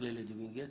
מכללת וינגייט.